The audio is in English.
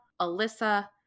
Alyssa